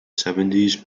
seventies